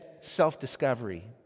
self-discovery